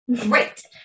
Great